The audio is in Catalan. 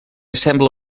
sembla